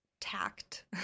tact